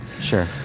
sure